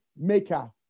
maker